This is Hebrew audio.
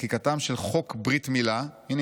מחקיקתם של חוק ברית מילה" הינה,